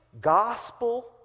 gospel